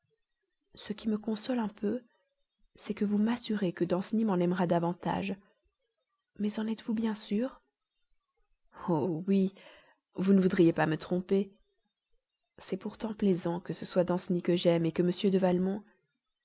ce qui me console un peu c'est que vous m'assurez que danceny m'en aimera davantage mais en êtes-vous bien sûre oh oui vous ne voudriez pas me tromper c'est pourtant plaisant que ce soit danceny que j'aime que m de